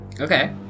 okay